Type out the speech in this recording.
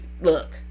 Look